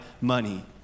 money